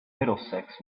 middlesex